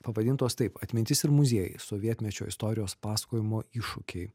pavadintos taip atmintis ir muziejai sovietmečio istorijos pasakojimo iššūkiai